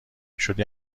شدی